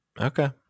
Okay